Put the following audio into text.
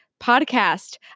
podcast